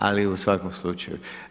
Ali u svakom slučaju